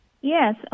Yes